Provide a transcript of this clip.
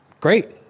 Great